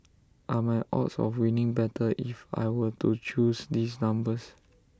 are my odds of winning better if I were to choose these numbers